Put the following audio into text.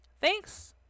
Thanks